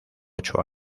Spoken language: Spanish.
ocho